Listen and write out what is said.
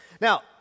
Now